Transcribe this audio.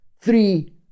three